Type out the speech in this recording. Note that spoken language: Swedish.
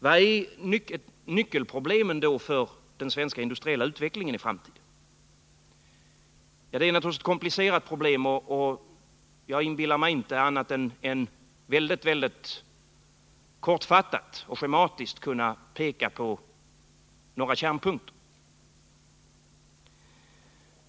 Vilka är då nyckelproblemen för den svenska industriella utvecklingen i framtiden? Det är naturligtvis ett komplicerat problem, och jag inbillar mig inte att kunna annat än mycket kortfattat och schematiskt peka på några kärnpunkter.